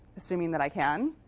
assuming that i can,